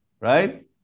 right